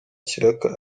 ikiraka